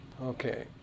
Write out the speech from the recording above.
Okay